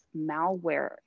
malware